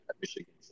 Michigan